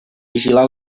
vigilar